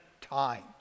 times